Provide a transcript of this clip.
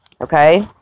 okay